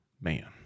man